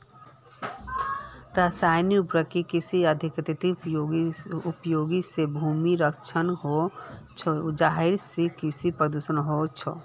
रासायनिक उर्वरकेर अत्यधिक उपयोग से भूमिर क्षरण ह छे जहासे कृषि प्रदूषण ह छे